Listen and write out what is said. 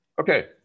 okay